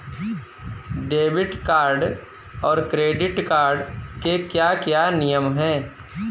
Debit card और credit card के क्या क्या नियम हैं?